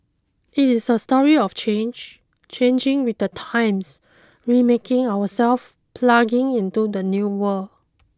it is a story of change changing with the times remaking ourselves plugging into the new world